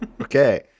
Okay